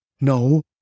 No